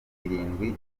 irindwi